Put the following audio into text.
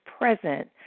present